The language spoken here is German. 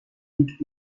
liegt